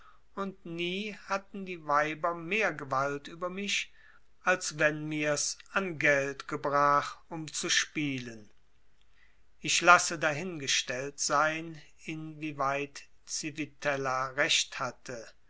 und nie hatten die weiber mehr gewalt über mich als wenn mirs an geld gebrach um zu spielen ich lasse dahingestellt sein inwieweit civitella recht hatte